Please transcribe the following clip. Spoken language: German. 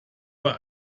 war